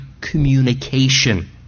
communication